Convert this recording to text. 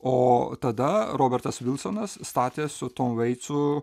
o tada robertas vilsonas statė su tomu veicu